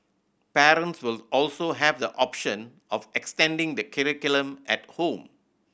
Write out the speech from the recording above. parents will also have the option of extending the curriculum at home